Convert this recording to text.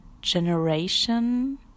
generation